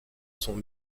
sont